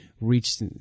reached